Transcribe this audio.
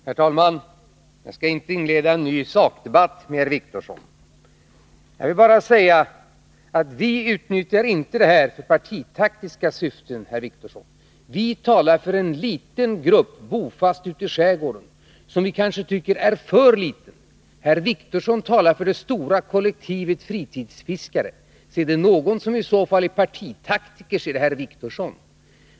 Herr talman! Jag skall inte inleda en ny sakdebatt med herr Wictorsson. Jag vill bara säga att vi inte utnyttjar detta för partitaktiska syften. Vi talar för en liten grupp bofasta ute i skärgården, som man kanske tycker är för liten. Herr Wictorsson talar för det stora kollektivet fritidsfiskare. Är det någon som är partitaktiker, är det i så fall herr Wictorsson.